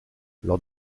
lors